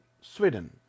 Sweden